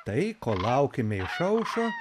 tai ko laukiame išaušo